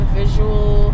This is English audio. visual